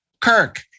Kirk